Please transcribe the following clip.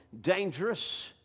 dangerous